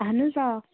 اہن حظ آ